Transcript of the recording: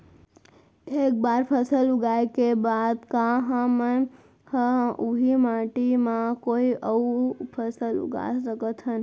एक बार फसल उगाए के बाद का हमन ह, उही माटी मा कोई अऊ फसल उगा सकथन?